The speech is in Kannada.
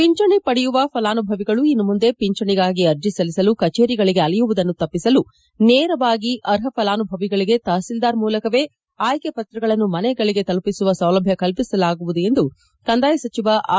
ಪಿಂಚಣಿ ಪಡೆಯುವ ಫಲಾನುಭವಿಗಳು ಇನ್ನು ಮುಂದೆ ಪಿಂಚಣಿಗಾಗಿ ಅರ್ಜಿ ಸಲ್ಲಿಸಲು ಕಚೇರಿಗಳಿಗೆ ಅಲೆಯುವುದನ್ನು ತಪ್ಪಿಸಲು ನೇರವಾಗಿ ಅರ್ಹ ಫಲಾನುಭವಿಗಳಿಗೆ ತಹಶೀಲ್ದಾರ್ ಮೂಲಕವೇ ಆಯ್ಕೆ ಪತ್ರಗಳನ್ನು ಮನೆಗಳಿಗೆ ತಲುಪಿಸುವ ಸೌಲಭ್ಯ ಕಲ್ಪಿಸಲಾಗುವುದು ಎಂದು ಕಂದಾಯ ಸಚಿವ ಆರ್